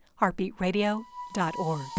heartbeatradio.org